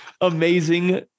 Amazing